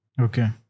Okay